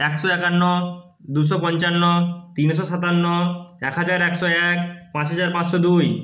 একশো একান্ন দুশো পঞ্চান্ন তিনশো সাতান্ন এক হাজার একশো এক পাঁচ হাজার পাঁচশো দুই